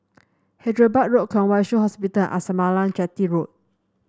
Hyderabad Road Kwong Wai Shiu Hospital and Arnasalam Chetty Road